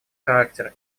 характер